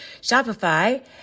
Shopify